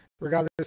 regardless